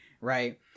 right